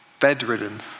bedridden